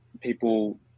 people